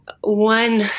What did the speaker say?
One